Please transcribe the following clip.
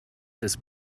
this